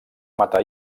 matar